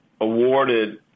awarded